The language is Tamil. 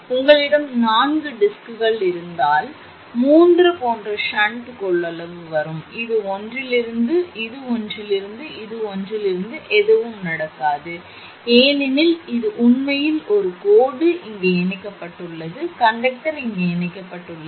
உங்களிடம் நான்கு டிஸ்க்குகள் இருந்தால் மூன்று போன்ற ஷன்ட் கொள்ளளவு வரும் இது ஒன்றிலிருந்து இது ஒன்றிலிருந்து இது ஒன்றிலிருந்து எதுவும் இருக்காது ஏனெனில் அது உண்மையில் ஒரு கோடு இங்கே இணைக்கப்பட்டுள்ளது கண்டக்டர் இங்கே இணைக்கப்பட்டுள்ளது